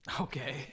Okay